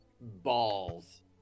balls